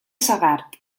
segart